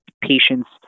patients